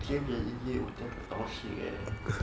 james and izzie looks damn toxic leh